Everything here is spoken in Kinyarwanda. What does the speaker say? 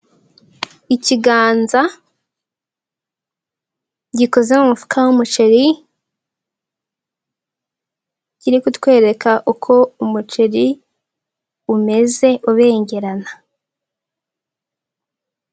Ikiganza gikoze mu mufuka w'umuceri, kiri kutwereka uko umuceri umeze ubengerana.